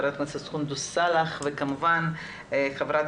ח"כ סונדוס סאלח וכמובן ח"כ